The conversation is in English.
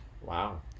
wow